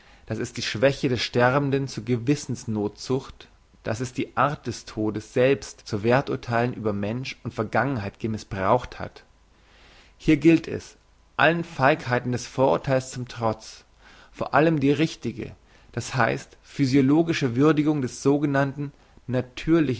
dass es die schwäche des sterbenden zu gewissens nothzucht dass es die art des todes selbst zu werth urtheilen über mensch und vergangenheit gemissbraucht hat hier gilt es allen feigheiten des vorurtheils zum trotz vor allem die richtige das heisst physiologische würdigung des sogenannten